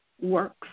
works